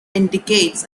indicates